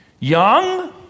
Young